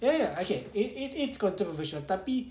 ya ya okay it is controversial tapi